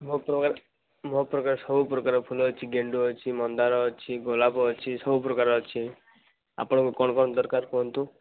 ବହୁତ ପ୍ରକାର ବହୁତ ପ୍ରକାର ସବୁ ପ୍ରକାର ଫୁଲ ଅଛି ଗେଣ୍ଡୁ ଅଛି ମନ୍ଦାର ଅଛି ଗୋଲାପ ଅଛି ସବୁ ପ୍ରକାର ଅଛି ଆପଣଙ୍କୁ କଣ କଣ ଦରକାର କୁହନ୍ତୁ